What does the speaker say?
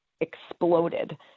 exploded